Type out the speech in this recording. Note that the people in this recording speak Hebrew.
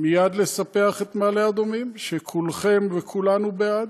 מייד לספח את מעלה אדומים, שכולכם וכולנו בעד.